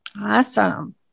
Awesome